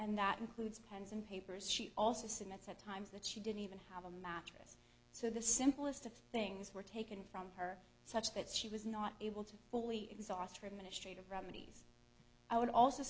and that includes pens and papers she also cements at times that she didn't even have a mattress so the simplest of things were taken from her such that she was not able to fully exhaust her ministry to remedies i would also